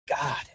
god